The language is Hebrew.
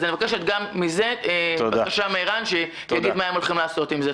אז אני מבקשת מערן שיגיד מה הם הולכים לעשות עם זה.